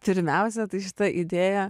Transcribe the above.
pirmiausia tai šita idėja